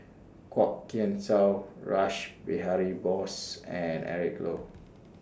Kwok Kian Chow Rash Behari Bose and Eric Low